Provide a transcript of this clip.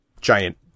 giant